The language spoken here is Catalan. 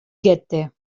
goethe